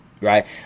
right